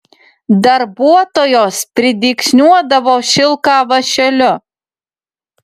darbuotojos pridygsniuodavo šilką vąšeliu